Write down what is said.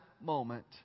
moment